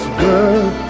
girl